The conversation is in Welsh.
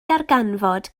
ddarganfod